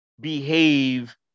behave